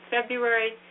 February